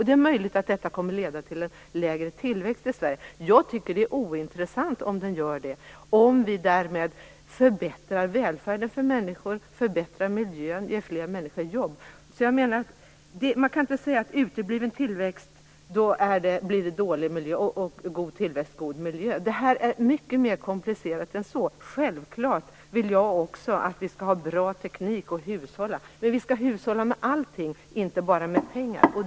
Det är möjligt att detta kommer att leda till lägre tillväxt i Sverige. Men jag tycker att det är ointressant om det blir så - om vi därmed förbättrar välfärden för människor, förbättrar miljön och ger fler människor jobb. Man kan alltså inte säga att utebliven tillväxt innebär dålig miljö och god tillväxt god miljö. Detta är mycket mer komplicerat än så. Självfallet vill jag också att vi skall ha bra teknik och att vi skall hushålla. Men vi skall hushålla med allting - inte bara med pengar.